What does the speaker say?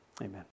amen